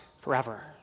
forever